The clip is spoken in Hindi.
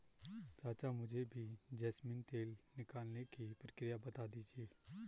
चाचा मुझे भी जैस्मिन तेल निकालने की प्रक्रिया बता दीजिए